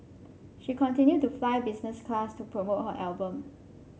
she continued to fly business class to promote her album